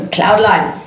Cloudline